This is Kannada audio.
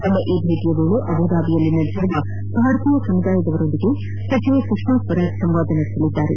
ತಮ್ಮ ಈ ಭೇಟಿಯ ವೇಳೆ ಅಬುಧಾಬಿಯಲ್ಲಿ ನೆಲೆಸಿರುವ ಭಾರತೀಯ ಸಮುದಾಯದವರೊಂದಿಗೂ ಸಚಿವೆ ಸುಷ್ನಾ ಸ್ವರಾಜ್ ಸಂವಾದ ನಡೆಸಲಿದ್ದಾರೆ